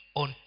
on